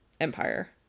Empire